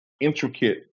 intricate